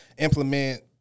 Implement